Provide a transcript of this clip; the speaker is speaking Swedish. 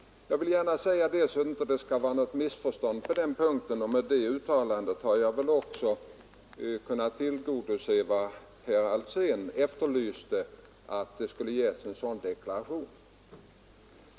Jag vill gärna säga det, så att det inte skall vara något missförstånd på den punkten, och med det uttalandet har jag väl också kunnat tillgodose det önskemål herr Alsén framförde om att det skulle ges en sådan deklaration.